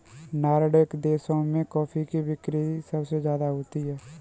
Nordic देशों में coffee की बिक्री सबसे ज्यादा होती है